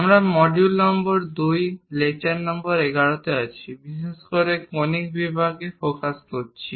আমরা module number 2 lecture number 11 এ আছি বিশেষ করে কনিক বিভাগে ফোকাস করছি